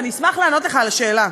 ואני אשמח לענות לך על השאלה.